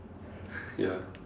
ya